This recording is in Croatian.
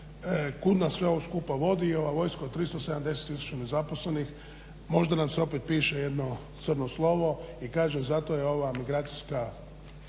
kud nas sve ovo skupa vodi i ova vojska od 370 000 nezaposlenih možda nam se opet piše jedno crno slovo. I kažem zato je ova migracijska